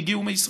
הגיעו מישראל.